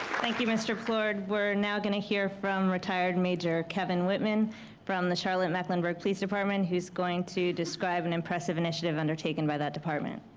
thank you mr. plourd. we're now gonna hear from retired major kevin whitman from the charlotte-mecklenburg police department, who's going to describe an impressive initiative undertaken by that department.